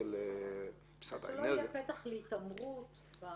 שלא יהיה פתח להתעמרות.